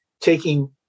taking